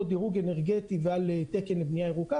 דירוג אנרגטי ועל תקן לבנייה ירוקה,